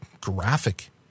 graphic